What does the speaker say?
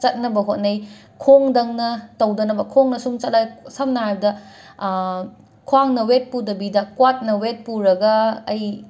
ꯆꯠꯅꯕ ꯍꯣꯠꯅꯩ ꯈꯣꯡꯗꯪꯅ ꯇꯧꯗꯅꯕ ꯈꯣꯡꯅꯁꯨꯝ ꯆꯠꯂꯒ ꯁꯝꯅ ꯍꯥꯏꯔꯕꯗ ꯈ꯭ꯋꯥꯡꯅ ꯋꯦꯠ ꯄꯨꯗꯕꯤꯗ ꯀ꯭ꯋꯥꯠꯅ ꯋꯦꯠ ꯄꯨꯔꯒ ꯑꯩ